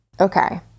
Okay